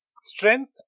strength